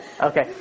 Okay